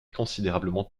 considérablement